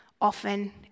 often